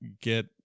get